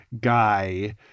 guy